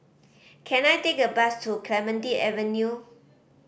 can I take a bus to Clementi Avenue